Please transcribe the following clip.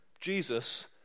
Jesus